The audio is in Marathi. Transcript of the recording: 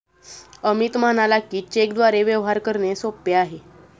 अमित म्हणाला की, चेकद्वारे व्यवहार करणे सोपे आहे